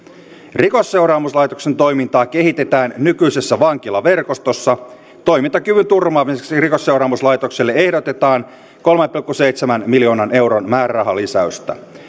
rikosseuraamuslaitoksen toimintaa kehitetään nykyisessä vankilaverkostossa toimintakyvyn turvaamiseksi rikosseuraamuslaitokselle ehdotetaan kolmen pilkku seitsemän miljoonan euron määrärahalisäystä